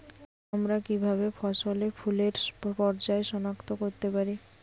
আমরা কিভাবে ফসলে ফুলের পর্যায় সনাক্ত করতে পারি?